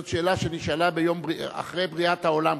זו שאלה שנשאלה אחרי בריאת העולם,